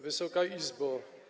Wysoka Izbo!